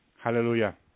Hallelujah